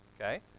okay